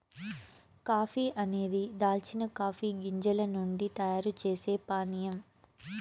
coffee అనేది కాల్చిన coffee గింజల నుండి తయారు చేసే పానీయం